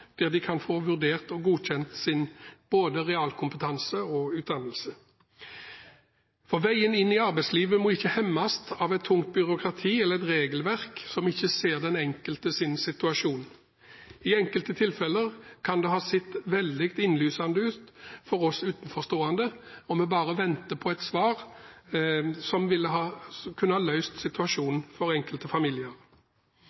vurdert og godkjent realkompetanse og utdannelse. Veien inn i arbeidslivet må ikke hemmes av et tungt byråkrati eller av et regelverk som ikke ser den enkeltes situasjon. I enkelte tilfeller kan det ha sett veldig innlysende ut for oss utenforstående, og vi bare venter på et svar som ville kunne ha